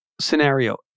scenario